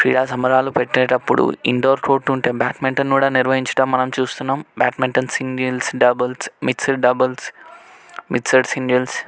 క్రీడా సంబరాలు పెట్టేటప్పుడు ఇండోర్ కోర్టు ఉంటే బ్యాడ్మింటన్ కూడా నిర్వహించడం మనం చూస్తున్నాము badminton singles doubles mixed doubles mixed singles